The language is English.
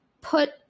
put